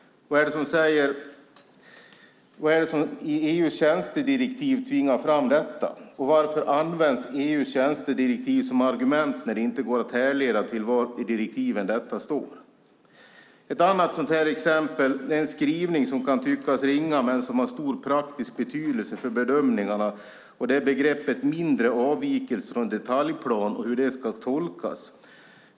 Vad är det i EU:s tjänstedirektiv som tvingar fram detta, och varför används EU:s tjänstedirektiv som argument när det inte går att härleda var i direktiven detta står? Ett annat sådant exempel är en skrivning som kan tyckas ringa men som har stor praktisk betydelse för bedömningarna. Det är begreppet "mindre avvikelser från detaljplan" och hur det ska tolkas.